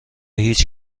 هیچ